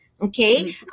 Okay